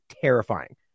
terrifying